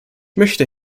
möchte